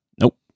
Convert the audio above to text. Nope